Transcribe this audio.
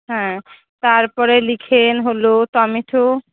হ্যাঁ তার পরে লিখুন হলো টমেটো